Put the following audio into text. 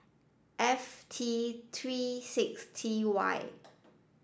F T three six T Y